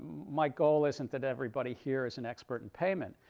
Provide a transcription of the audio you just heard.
my goal isn't that everybody here is an expert in payment.